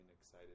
excited